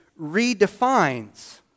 redefines